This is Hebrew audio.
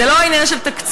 זה לא עניין של תקציבים.